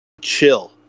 chill